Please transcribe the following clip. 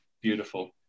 beautiful